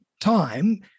time